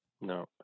no